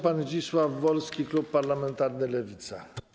Pan Zdzisław Wolski, Klub Parlamentarny Lewica.